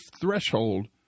threshold